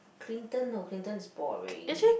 Clinton no Clinton is boring